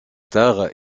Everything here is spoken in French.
tard